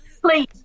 Please